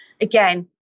Again